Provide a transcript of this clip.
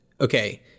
Okay